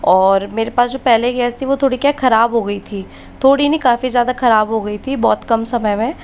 और मैं मेरे पास जो पहले गैस थी वह थोड़ी क्या खराब हो गई थी थोड़ी नहीं काफी ज्यादा खराब हो गई थी बहुत कम समय में